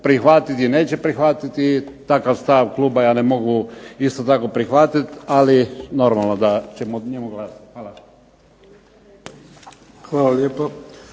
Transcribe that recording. prihvatiti i neće prihvatiti. Takav stav kluba ja ne mogu isto tako prihvatiti ali normalno da ćemo o njemu glasati. Hvala. **Bebić,